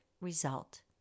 result